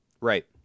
Right